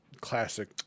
Classic